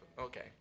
Okay